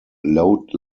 load